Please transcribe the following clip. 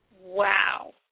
Wow